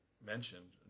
mentioned